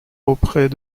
auprès